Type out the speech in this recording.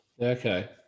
Okay